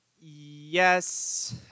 Yes